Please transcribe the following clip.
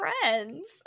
friends